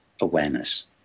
awareness